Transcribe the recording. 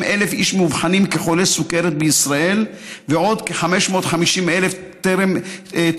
550,000 איש מאובחנים כחולי סוכרת בישראל ועוד כ-550,000 טרום-סוכרתיים,